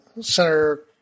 Senator